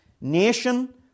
nation